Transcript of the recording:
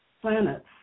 planets